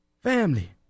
Family